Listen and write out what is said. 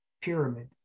pyramid